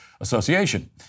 Association